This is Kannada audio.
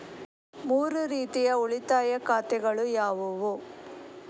ಮೂರು ರೀತಿಯ ಉಳಿತಾಯ ಖಾತೆಗಳು ಯಾವುವು?